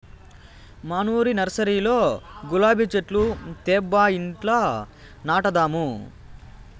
మనూరి నర్సరీలో గులాబీ చెట్లు తేబ్బా ఇంట్ల నాటదాము